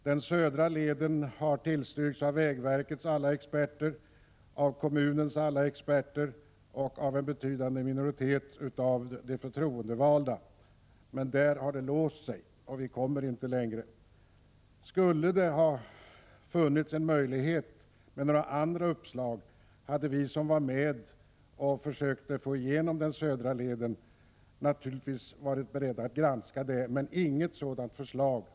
Den södra leden har vägverkets och kommunens alla experter tillstyrkt och det har även en betydande minoritet av de förtroendevalda gjort. Men sedan har det, som sagt, låst sig och nu kommer vi inte längre i detta sammanhang. Om det hade funnits något annat alternativ, skulle vi som försökte få till stånd den södra leden naturligtvis varit beredda att granska detta. Men nu finns det ju inte något sådant förslag.